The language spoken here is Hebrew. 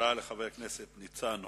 תודה לחבר הכנסת ניצן הורוביץ.